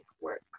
work